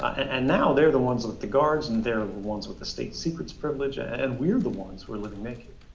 and now they're the ones with the guards and their the ones with the state secrets privilege, and we're the ones who are living naked.